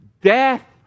death